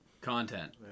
Content